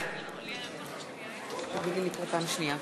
פעם שנייה.